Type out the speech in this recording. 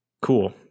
Cool